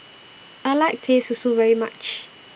I like Teh Susu very much